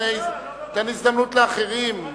תן הזדמנות לאחרים.